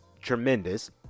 tremendous